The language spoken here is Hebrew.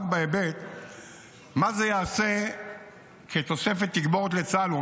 מה זה יעשה כתוספת תגבורת לצה"ל?